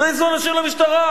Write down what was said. תגייסו אנשים למשטרה.